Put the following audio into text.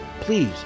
Please